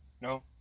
No